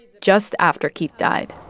just after keith died